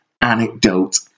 anecdote